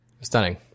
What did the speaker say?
stunning